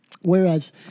Whereas